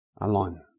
alone